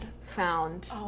found